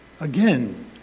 Again